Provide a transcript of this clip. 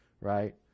right